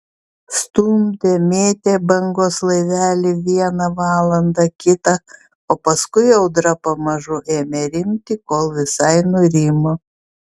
stumdė mėtė bangos laivelį vieną valandą kitą o paskui audra pamažu ėmė rimti kol visai nurimo